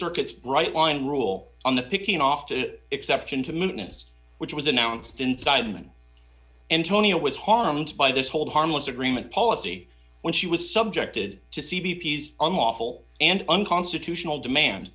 circuits bright line rule on the picking off to exception to minutes which was announced in sidemen antonia was harmed by this hold harmless agreement policy when she was subjected to see b p s unlawful and unconstitutional demand